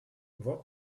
what